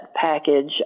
package